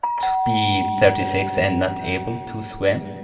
to be thirty six and not able to swim.